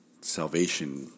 salvation